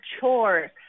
chores